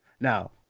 Now